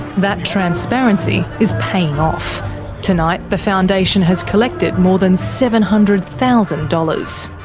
that transparency is paying off tonight the foundation has collected more than seven hundred thousand dollars.